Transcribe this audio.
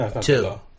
two